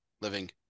living